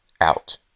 out